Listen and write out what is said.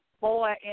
boy